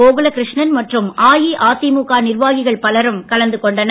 கோகுல கிருஷ்ணன் மற்றும் அஇஅதிமுக நிர்வாகிகள் பலரும் கலந்து கொண்டனர்